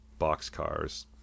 boxcars